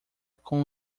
com